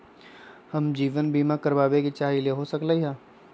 हम जीवन बीमा कारवाबे के चाहईले, हो सकलक ह?